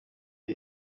iyo